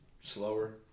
slower